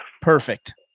Perfect